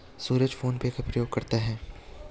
सूरज PhonePe का प्रयोग करता है